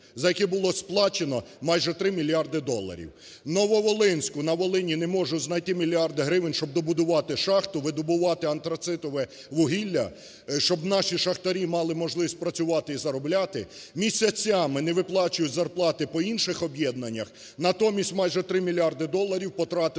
за яке було сплачено майже 3 мільярди доларів. У Нововолинську, на Волині, не можуть знайти 1 мільярд гривень, щоб добудувати шахту, видобувати антрацитове вугілля, щоб наші шахтарі мали можливість працювати і заробляти, місяцями не виплачують зарплати по інших об'єднаннях, натомість майже 3 мільярди доларів потратили